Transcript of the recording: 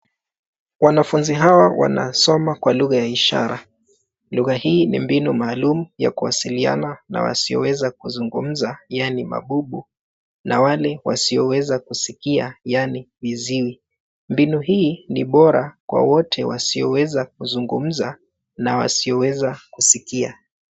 Wanafunzi hawa wanasoma kwa lugha ya ishara. Lugha hii ni mbinu maalum ya kuwasiliana na wasioweza kuzungumza, yaani mabubu na wale wasioweza kusikia, yaani viziwi. Mbinu hii ni bora kwa wote wasioweza kuzungumza na wasioweza kusikia.